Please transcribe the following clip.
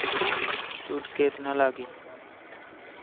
सूद केतना लागी?